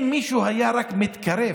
אם מישהו היה רק מתקרב,